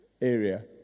area